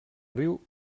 riu